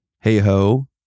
hey-ho